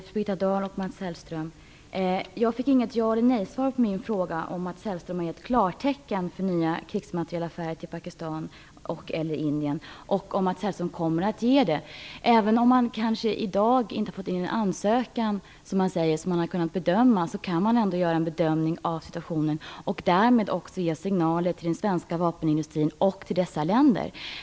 Fru talman! Jag fick inget ja eller nejsvar på mina frågor om Mats Hellström har givit klartecken för nya krigsmaterielaffärer med Pakistan och/eller Indien respektive om Mats Hellström kommer att ge något sådant. Även om man, som Mats Hellström säger, kanske i dag inte har fått in någon ansökan att ta ställning till, kan man göra en bedömning av situationen och därmed också ge signaler till den svenska vapenindustrin och till berörda länder.